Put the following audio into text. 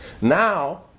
Now